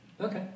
okay